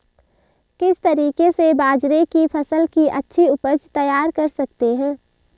किस तरीके से बाजरे की फसल की अच्छी उपज तैयार कर सकते हैं?